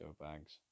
bags